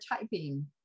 typing